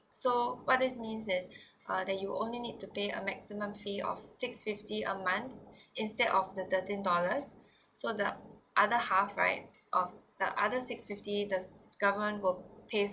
so what this means is that you only need to pay a maximum fee of six fifty a month instead of the thirteen dollars so the other half right of the other six fifty the government will pay